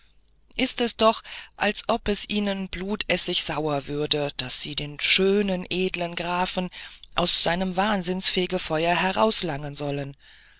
ist es doch als ob es ihnen blutessigsauer würde daß sie den schönen edlen grafen aus seinem wahnsinnsfegefeuer herauslangen sollen